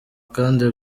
kandi